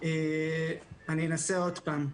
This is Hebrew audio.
אני אנסה עוד פעם.